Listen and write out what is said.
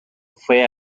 fue